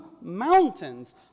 mountains